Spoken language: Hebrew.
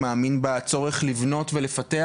מאמין בצורך לבנות ולפתח,